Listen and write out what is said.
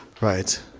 Right